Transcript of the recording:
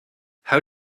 how